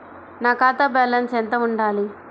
నా ఖాతా బ్యాలెన్స్ ఎంత ఉండాలి?